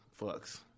fucks